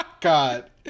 God